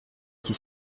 qui